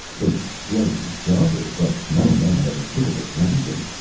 they slay each other, but no man ever killed a dragon!